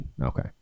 Okay